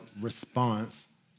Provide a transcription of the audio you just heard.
response